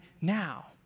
now